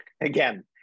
Again